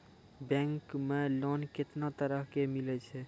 Bank मे loan कैतना तरह के मिलै छै?